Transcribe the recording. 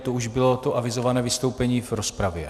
To už bylo to avizované vystoupení v rozpravě?